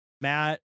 Matt